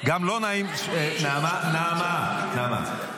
גם לא נעים ------ נעמה, נעמה, נעמה.